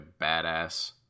badass